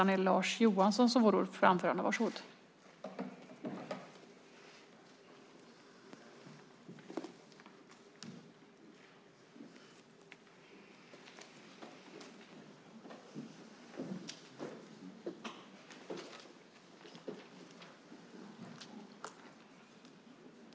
Om du inte berättar det i detalj kan jag för riksdagens protokoll berätta. Det beror på de neddragningar som ni har gjort i arbetsmarknadspolitiken. Ni säger en sak, men ni gör en annan sak. Det är de långtidsarbetslösa som får betala priset.